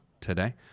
today